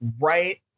right